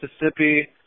Mississippi